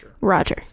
Roger